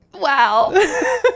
Wow